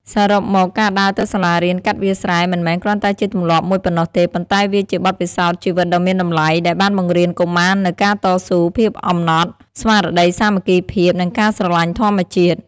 សរុបមក ការដើរទៅសាលារៀនកាត់វាលស្រែ មិនមែនគ្រាន់តែជាទម្លាប់មួយប៉ុណ្ណោះទេ ប៉ុន្តែវាជា បទពិសោធន៍ជីវិតដ៏មានតម្លៃ ដែលបានបង្រៀនកុមារនូវការតស៊ូ ភាពអំណត់ ស្មារតីសាមគ្គីភាព និងការស្រឡាញ់ធម្មជាតិ។